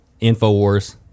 Infowars